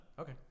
Okay